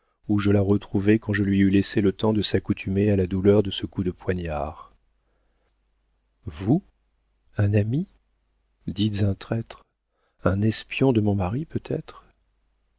où je la retrouvai quand je lui eus laissé le temps de s'accoutumer à la douleur de ce coup de poignard vous un ami dites un traître un espion de mon mari peut-être